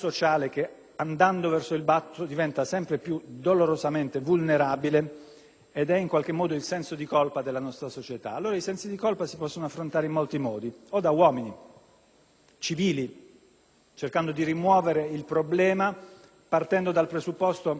in qualche modo il senso di colpa della nostra società. I sensi di colpa si possono affrontare in molti modi: o da uomini civili, cercando di rimuovere il problema e partendo dal presupposto che (se mi è consentito fare riferimento